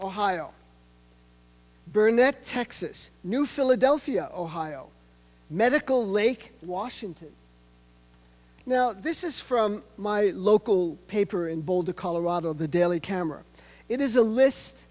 ohio burnette texas new philadelphia ohio medical lake washington now this is from my local paper in boulder colorado the daily camera it is a list